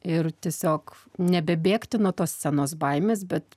ir tiesiog nebebėgti nuo tos scenos baimės bet